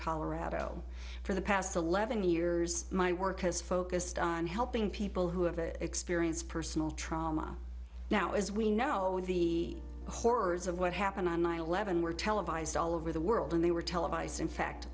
colorado for the past eleven years my work has focused on helping people who have the experience personal trauma now as we know the horrors of what happened on nine eleven were televised all over the world and they were televised in fact